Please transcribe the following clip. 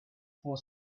for